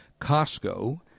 Costco